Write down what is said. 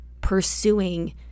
pursuing